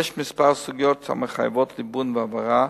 יש כמה סוגיות המחייבות ליבון והבהרה,